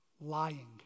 lying